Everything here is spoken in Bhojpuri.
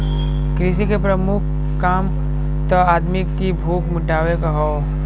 कृषि के प्रमुख काम त आदमी की भूख मिटावे क हौ